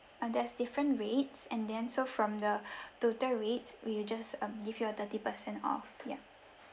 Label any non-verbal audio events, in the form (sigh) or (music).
uh there's different rates and then so from the (breath) total rates we'll just um give you a thirty percent off ya